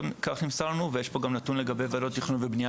כך נמסר לנו; יש פה גם נתון לגבי ועדות תכנון ובנייה,